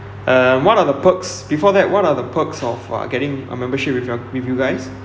um what are the perks before that what are the perks of uh getting a membership with you all with you guys